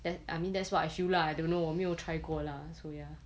then I mean that's what I feel lah I don't know 我没有 try 过 lah so ya